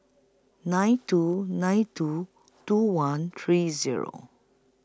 nine two nine two two one three Zero